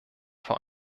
vor